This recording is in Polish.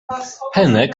henek